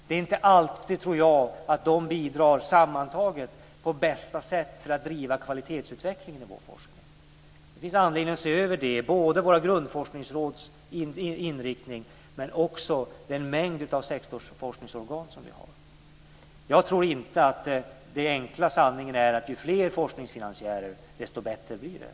Det är nog inte alltid som de sammantaget bidrar på bästa sätt för att driva på kvalitetsutvecklingen inom forskningen. Det finns anledning att se över detta, både grundforskningsrådens inriktning och den mängd av sektorsforskningsorgan som vi har. Jag tror inte att den enkla sanningen är att ju fler forskningsfinansiärer, desto bättre blir det.